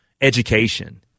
education